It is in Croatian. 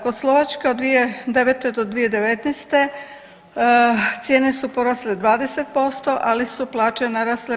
Kod Slovačke od 2009. do 2019. cijene su porasle 20%, ali su plaće narasle 54%